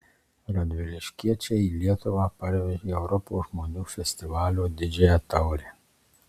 radviliškiečiai į lietuvą parvežė europos žmonių festivalio didžiąją taurę